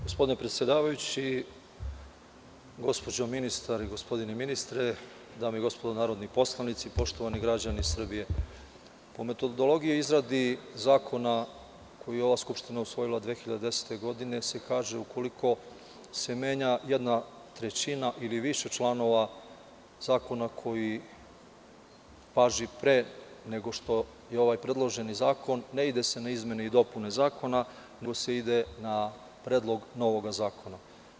Gospodine predsedavajući, gospođo ministar i gospodine ministre, dame i gospodo narodni poslanici, poštovani građani Srbije, po metodologiji i izradi zakona koji je ova skupština usvojila 2010. godine se kaže ukoliko se menja jedna trećina ili više članova zakona koji važi pre nego što je ovaj predloženi zakon, ne ide se na izmene i dopune zakon, nego se ide na predlog novog zakona.